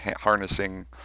harnessing